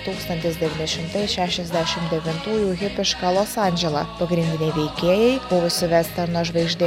tūkstantis devyni šimtai šešiasdešim devintųjų hipišką los andželą pagrindiniai veikėjai buvusi vesterno žvaigždė